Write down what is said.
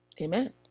amen